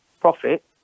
profit